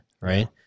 right